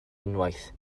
unwaith